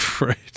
Right